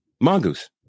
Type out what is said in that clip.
Mongoose